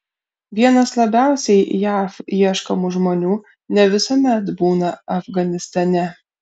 vienas labiausiai jav ieškomų žmonių ne visuomet būna afganistane